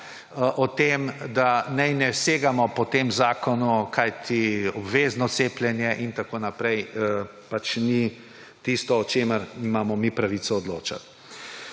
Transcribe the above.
o tem, da naj ne segamo po tem zakonu, kajti obvezno cepljenje in tako naprej pač ni tisto, o čemer imamo mi pravico odločati.